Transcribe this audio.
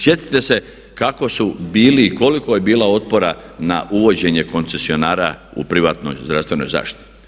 Sjetite se kako su bili i koliko je bilo otpora na uvođenje koncesionara u privatnoj zdravstvenoj zaštiti.